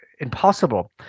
impossible